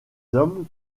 hommes